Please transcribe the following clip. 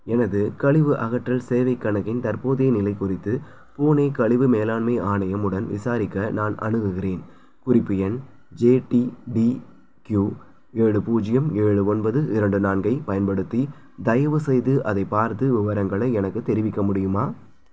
எனது கழிவு அகற்றல் சேவை கணக்கின் தற்போதைய நிலை குறித்து பூனே கழிவு மேலாண்மை ஆணையம் உடன் விசாரிக்க நான் அணுகுகிறேன் குறிப்பு எண் ஜேடிடிக்யூ ஏழு பூஜ்ஜியம் ஏழு ஒன்பது இரண்டு நான்கை பயன்படுத்தி தயவுசெய்து அதை பார்த்து விவரங்களை எனக்கு தெரிவிக்க முடியுமா